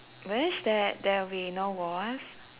wish that there will be no wars